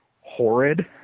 horrid